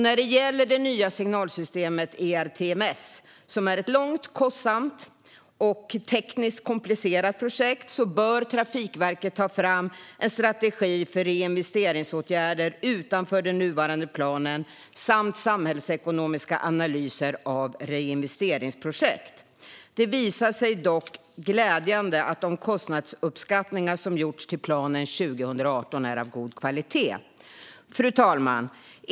När det gäller det nya signalsystemet ERTMS, som är ett långt, kostsamt och tekniskt komplicerat projekt, bör Trafikverket ta fram en strategi för reinvesteringsåtgärder utanför den nuvarande planen samt samhällsekonomiska analyser av reinvesteringsprojekt. Det är glädjande att det har visat sig att de kostnadsuppskattningar som har gjorts till planen 2018 är av god kvalitet. Fru talman!